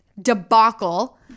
debacle